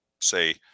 say